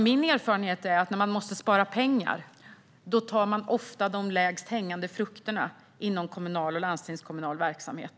Min erfarenhet är att man ofta tar de lägst hängande frukterna när man måste spara pengar inom kommunal och landstingskommunal verksamhet.